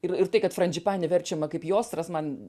ir ir tai kad fran džipani verčiama kaip jostras man